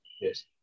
Yes